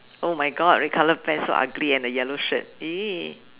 oh my God red colour pants so ugly and a yellow shirt !ee!